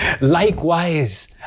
Likewise